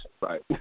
Right